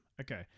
okay